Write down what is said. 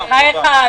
בחייך.